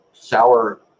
Sour